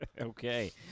Okay